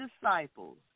disciples